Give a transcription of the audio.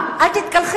מה, אל תתקלחי?